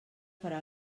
farà